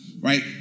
Right